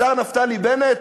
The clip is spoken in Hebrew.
השר נפתלי בנט,